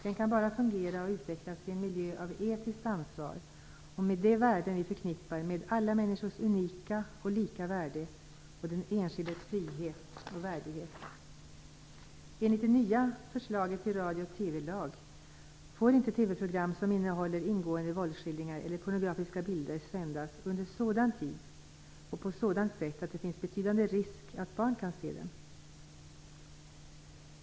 Den kan bara fungera och utvecklas i en miljö av etiskt ansvar och med värden vi förknippar med alla människors unika och lika värde och den enskildes frihet och värdighet. Enligt det nya förslaget till radio och TV-lag får inte TV-program som innehåller ingående våldsskildringar eller pornografiska bilder sändas under sådan tid och på sådant sätt att det finns betydande risk för att barn kan se dem.